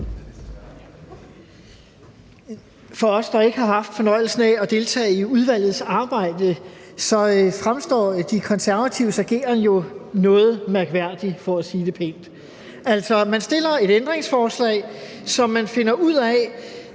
For os, der ikke har haft fornøjelsen af at deltage i udvalgets arbejde, fremstår De Konservatives ageren jo noget mærkværdig for at sige det pænt. Altså, man stiller et ændringsforslag, som man finder ud af